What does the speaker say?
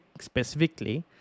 specifically